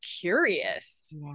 curious